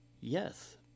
Yes